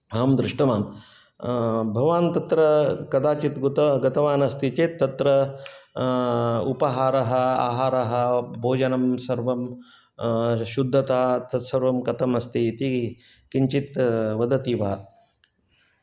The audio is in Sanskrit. अहं दृष्टवान् भवान् तत्र कदाचित् गुगतवान् अस्ति चेत् तत्र उपहारः आहारः भोजनं सर्वं शुद्धता तत्सर्वं कथमस्ति इति किञ्चित् वदति वा